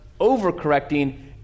overcorrecting